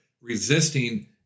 resisting